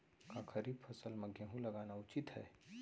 का खरीफ फसल म गेहूँ लगाना उचित है?